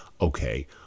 Okay